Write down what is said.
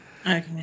Okay